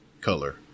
color